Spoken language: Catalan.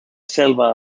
selva